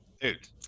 Dude